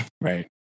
Right